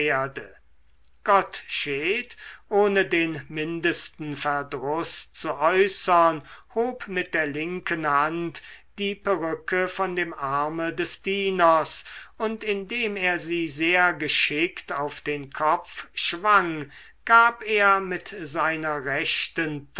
ohne den mindesten verdruß zu äußern hob mit der linken hand die perücke von dem arme des dieners und indem er sie sehr geschickt auf den kopf schwang gab er mit seiner rechten